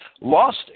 lost